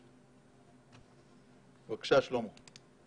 בבקשה, שלמה.